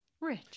Rich